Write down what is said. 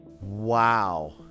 wow